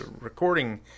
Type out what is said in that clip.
recording